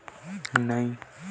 पइसा भेज कर कोई शुल्क तो नी लगही?